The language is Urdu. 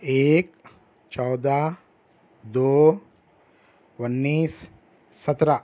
ایک چودہ دو اُنیس سترہ